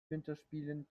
winterspielen